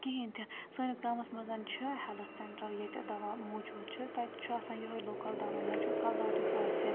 کِہیٖنۍ تہِ سٲنِس گامَس منٛز چھُ ہیٚلٕتھ سیٚنٹَر ییٚتہِ دَوا موٗجوٗد چھُ تَتہِ چھُ آسان یِہوے لوکَل دَوا موٗجوٗد کَلہٕ دادیٛک آسہِ